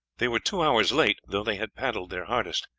they were two hours late, though they had paddled their hardest.